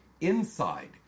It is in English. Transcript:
INSIDE